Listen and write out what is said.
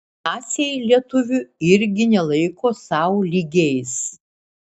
naciai lietuvių irgi nelaiko sau lygiais